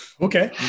Okay